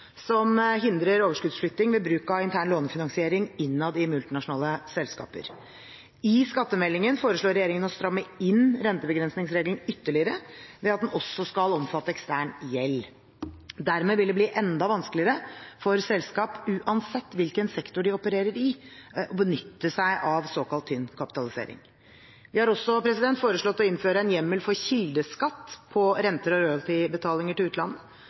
som hindrer overskuddsflytting ved bruk av intern lånefinansiering innad i multinasjonale selskaper. I skattemeldingen foreslår regjeringen å stramme inn rentebegrensningsregelen ytterligere ved at den også skal omfatte ekstern gjeld. Dermed vil det bli enda vanskeligere for selskap, uansett hvilken sektor de opererer i, å benytte seg av såkalt tynnkapitalisering. Vi har også foreslått å innføre en hjemmel for kildeskatt på rente- og royaltybetalinger til